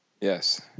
Yes